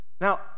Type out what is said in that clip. Now